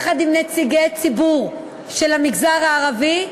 יחד עם נציגי ציבור של המגזר הערבי,